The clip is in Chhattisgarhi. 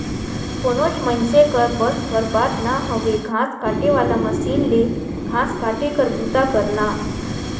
कोनोच मइनसे कर बस कर बात ना हवे घांस काटे वाला मसीन ले घांस काटे कर बूता करना